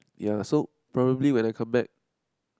ya so probably when I come back